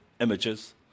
images